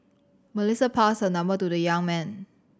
Melissa passed her number to the young man